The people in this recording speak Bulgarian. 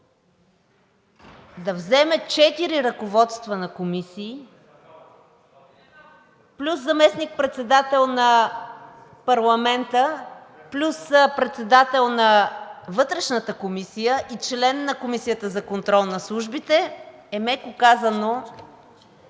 да вземе четири ръководства на комисии, плюс заместник-председател на парламента, плюс председател на Вътрешната комисия и член на Комисията за контрол на службите, е, меко казано,